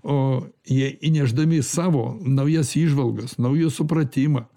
o jie įnešdami savo naujas įžvalgas naują supratimą